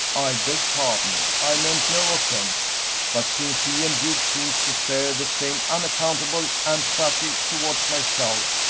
i beg pardon, i meant no offence but since he and duke seem to share the same unaccountable antipathy towards myself,